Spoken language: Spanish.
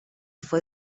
fue